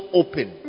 open